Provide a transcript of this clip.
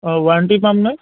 অঁ ৱাৰেণ্টি পামনে